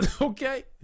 Okay